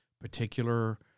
particular